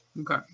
Okay